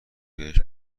بهش